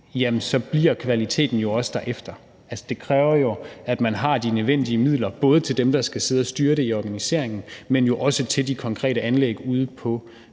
så bliver kvaliteten jo også derefter. Det kræver jo, at de har de nødvendige midler både til dem, der skal sidde og styre det i organisationen, men jo også til de konkrete anlæg ude på